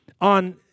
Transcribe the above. on